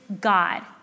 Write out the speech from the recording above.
God